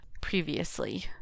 previously